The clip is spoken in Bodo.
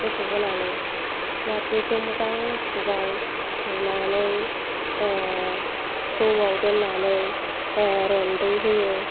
गोसो होनानै नारजिखौ मोजां सुबाय सुनानै थौआव दोननानै रन्दै होयो